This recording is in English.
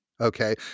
okay